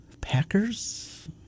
Packers